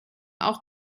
auch